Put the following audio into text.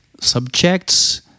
subjects